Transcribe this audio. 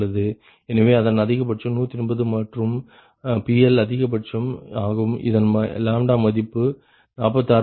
எனவே அதன் அதிகபட்சம் 180 மற்றும் PL அதிகபட்சம் ஆகும் இதன் மதிப்பு 46